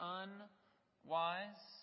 unwise